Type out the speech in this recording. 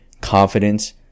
confidence